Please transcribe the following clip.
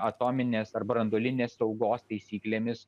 atominės ar branduolinės saugos taisyklėmis